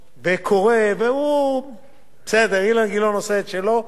וקורא, והוא בסדר, אילן גילאון עושה את שלו.